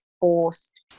forced